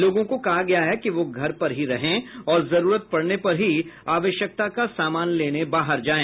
लोगों को कहा गया है कि वह घर पर ही रहें और जरूरत पड़ने पर ही आवश्यकता का सामान लेने जाएं